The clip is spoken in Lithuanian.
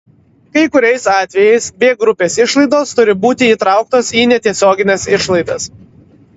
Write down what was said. kai kuriais atvejais b grupės išlaidos turi būti įtrauktos į netiesiogines išlaidas